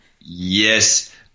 Yes